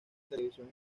televisión